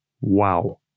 Wow